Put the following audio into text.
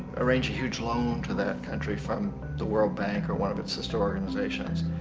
arrange a huge loan to that country from the world bank or one of it's sister organizations.